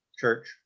church